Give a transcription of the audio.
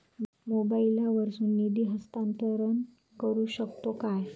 मोबाईला वर्सून निधी हस्तांतरण करू शकतो काय?